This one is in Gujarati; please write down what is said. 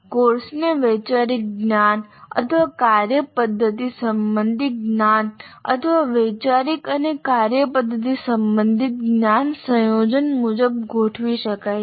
કોર્સને વૈચારિક જ્ઞાન અથવા કાર્યપદ્ધતિ સંબંધી જ્ઞાન અથવા વૈચારિક અને કાર્યપદ્ધતિ સંબંધી જ્ઞાન સંયોજન મુજબ ગોઠવી શકાય છે